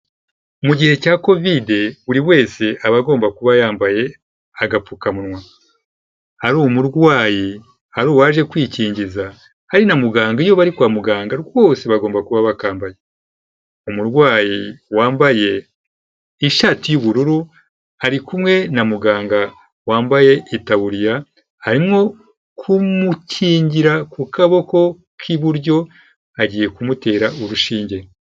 Mu gihe cya Covid buri wese aba agomba kuba yambaye agapfukamuwa; ari umurwayi, ari uwaje kwikingiza, ari na muganga, iyo bari kwa muganga rwose bose bagomba kuba bakambaye. Umurwayi wambaye ishati y'ubururu ari kumwe na muganga wambaye itaburiya, arimo kumukingira ku kaboko k'iburyo agiye kumutera urushinge.